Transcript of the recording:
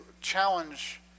challenge